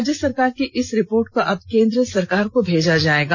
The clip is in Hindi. राज्य सरकार की इस रिपोर्ट को अब केंद्र सरकार को भेजा जायेगा